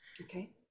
Okay